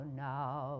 now